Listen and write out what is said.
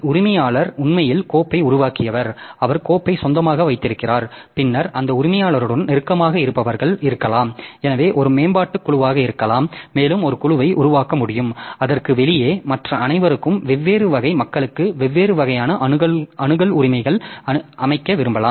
உரிமையாளர் உண்மையில் கோப்பை உருவாக்கியவர் அவர் கோப்பை சொந்தமாக வைத்திருக்கிறார் பின்னர் அந்த உரிமையாளருடன் நெருக்கமாக இருப்பவர்கள் இருக்கலாம் எனவே ஒரு மேம்பாட்டுக் குழுவாக இருக்கலாம் மேலும் ஒரு குழுவை உருவாக்க முடியும் அதற்கு வெளியே மற்ற அனைவருக்கும் வெவ்வேறு வகை மக்களுக்கு வெவ்வேறு வகையான அணுகல் உரிமைகளை அமைக்க விரும்பலாம்